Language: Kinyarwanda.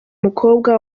mukobwa